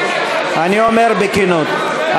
אני אומר בכנות,